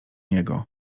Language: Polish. niego